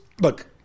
look